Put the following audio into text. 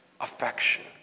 affection